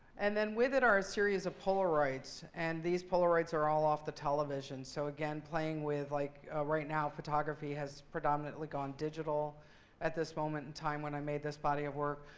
and then, with it are a series of polaroids. and these polaroids are all off the television. so again, playing with, like right now, photography has predominantly gone digital at this moment in time when i made this body of work.